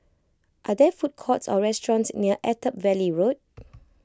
are there food courts or restaurants near Attap Valley Road